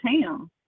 town